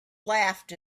laughed